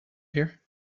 here